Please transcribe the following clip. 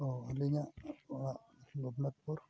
ᱚ ᱟᱹᱞᱤᱧᱟᱜ ᱚᱲᱟᱜ ᱜᱳᱯᱤᱱᱟᱛᱷᱯᱩᱨ